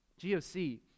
GOC